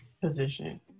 position